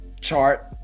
chart